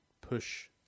push